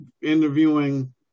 interviewing